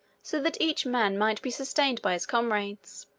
so that each man might be sustained by his comrades.